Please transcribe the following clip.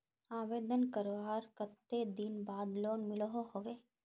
आवेदन करवार कते दिन बाद लोन मिलोहो होबे?